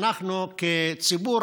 אנחנו כציבור,